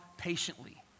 Patiently